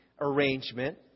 arrangement